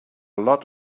lot